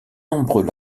nombreux